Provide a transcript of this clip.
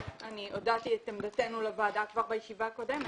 אני הודעתי את עמדתנו לוועדה כבר בישיבה הקודמת.